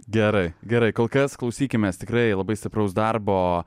gerai gerai kol kas klausykimės tikrai labai stipraus darbo